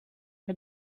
how